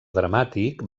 dramàtic